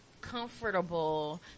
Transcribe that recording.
comfortable